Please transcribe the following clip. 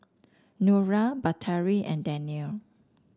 Nura Batari and Danial